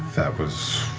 that was